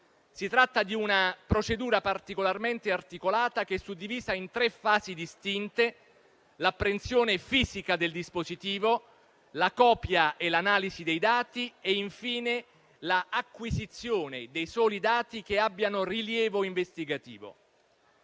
Si tratta di una procedura particolarmente articolata, che è suddivisa in tre fasi distinte: l'apprensione fisica del dispositivo, la copia e l'analisi dei dati e infine l'acquisizione dei soli dati che abbiano rilievo investigativo.